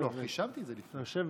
חישבתי את זה לפני.